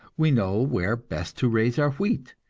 we know where best to raise our wheat,